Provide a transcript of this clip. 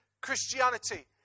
Christianity